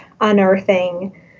unearthing